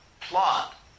plot